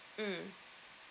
mm